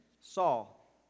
Saul